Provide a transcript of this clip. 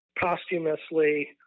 posthumously